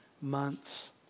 months